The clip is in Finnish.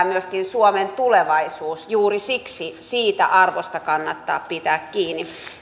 myöskin suomen tulevaisuus juuri siksi siitä arvosta kannattaa pitää kiinni